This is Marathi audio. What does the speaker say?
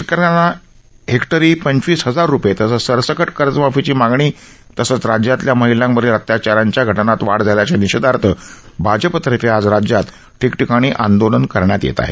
शेतकऱ्यांना हेक्टरी पंचवीस हजार रूपये तसंच सरसकट कर्जमाफीची मागणी तसंच राज्यात महिलांवरील अत्याचाराच्या घटनांत वाढ झाल्याच्या निषेधार्थ भाजपतर्फे आज राज्यात ठिकठिकाणी आंदोलनं करण्यात येत आहे